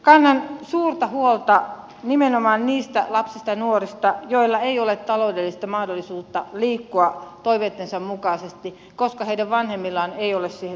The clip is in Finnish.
kannan suurta huolta nimenomaan niistä lapsista ja nuorista joilla ei ole taloudellista mahdollisuutta liikkua toiveittensa mukaisesti koska heidän vanhemmillaan ei ole siihen taloudellisesti varaa